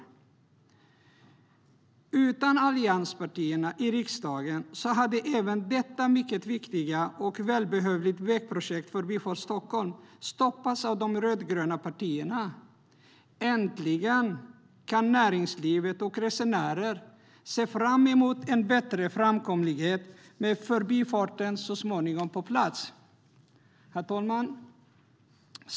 Utan allianspartierna i riksdagen hade även detta mycket viktiga och välbehövliga vägprojekt, Förbifart Stockholm, stoppats av de rödgröna partierna. Äntligen kan näringslivet och resenärerna se fram emot en bättre framkomlighet med Förbifarten så småningom på plats. Herr talman!